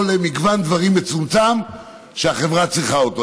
למגוון דברים מצומצם שהחברה צריכה אותו.